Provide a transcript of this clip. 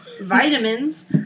Vitamins